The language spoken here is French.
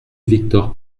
victor